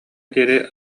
диэри